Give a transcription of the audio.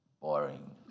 boring